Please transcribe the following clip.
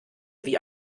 wie